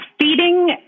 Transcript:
feeding